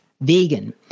vegan